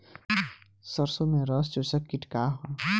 सरसो में रस चुसक किट का ह?